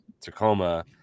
Tacoma